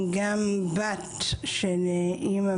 אני גם בת של אימא,